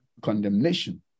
condemnation